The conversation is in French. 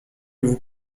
vous